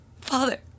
Father